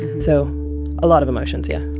so a lot of emotions, yeah